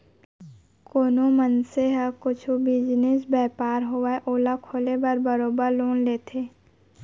कोनो मनसे ह कुछु बिजनेस, बयपार होवय ओला खोले बर बरोबर लोन लेथे